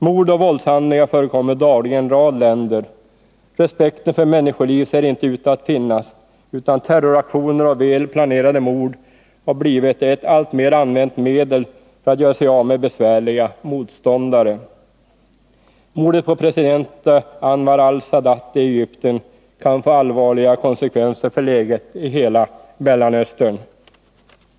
Mord och våldshandlingar förekommer dagligen i en rad länder. Respekten för människoliv ser inte ut att finnas, utan terroraktioner och väl planerade mord har blivit ett alltmer använt medel för att göra sig av med besvärliga motståndare. Mordet på president Anwar Al-Sadat i Egypten kan få allvarliga konsekvenser för läget i hela Mellanöstern.